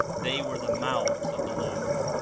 they were the mouths of the lord.